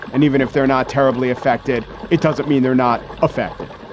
and even if they're not terribly affected, it doesn't mean they're not affected.